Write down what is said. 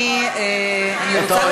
כאילו שהממשלה מקשיבה, אדוני.